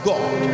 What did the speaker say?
God